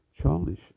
childish